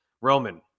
Roman